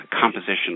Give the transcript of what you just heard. composition